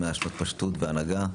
100 שנות פשטות בהנהגה.